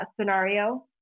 scenario